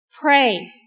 Pray